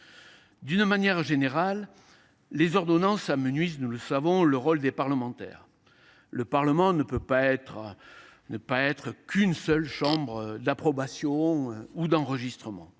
De manière générale, les ordonnances amenuisent le rôle des parlementaires. Le Parlement ne peut pas être qu’une chambre d’approbation ou d’enregistrement.